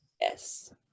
Yes